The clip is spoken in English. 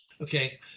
Okay